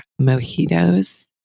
mojitos